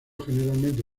generalmente